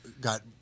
got